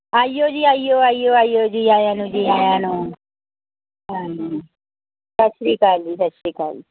ਆਈਓ ਜੀ ਆਈਓ ਆਈਓ ਆਈਓ ਜੀ ਆਇਆ ਨੂੰ ਜੀ ਆਇਆ ਨੂੰ ਹਾਂਜੀ ਸਤਿ ਸ਼੍ਰੀ ਅਕਾਲ ਜੀ ਸਤਿ ਸ਼੍ਰੀ ਅਕਾਲ